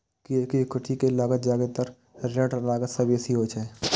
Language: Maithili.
कियैकि इक्विटी के लागत जादेतर ऋणक लागत सं बेसी होइ छै